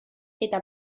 eta